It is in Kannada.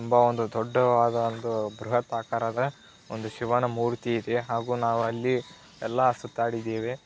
ತುಂಬ ಒಂದು ದೊಡ್ಡದಾದ ಒಂದು ಬೃಹತ್ತಾಕಾರದ ಒಂದು ಶಿವನ ಮೂರ್ತಿ ಇದೆ ಹಾಗೂ ನಾವು ಅಲ್ಲಿ ಎಲ್ಲ ಸುತ್ತಾಡಿದ್ದೀವಿ